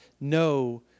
no